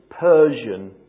Persian